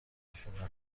ریزخشونتها